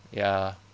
ya